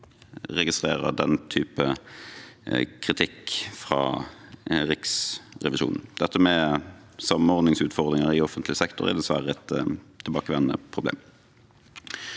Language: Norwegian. registrerer slik kritikk fra Riksrevisjonen. Dette med samordningsutfordringer i offentlig sektor er dessverre et tilbakevendende problem.